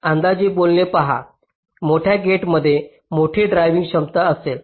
अंदाजे बोलणे पहा मोठ्या गेटमध्ये मोठी ड्रायव्हिंग क्षमता असेल